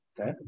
Okay